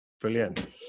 Brilliant